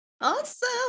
Awesome